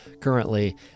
currently